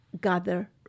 gather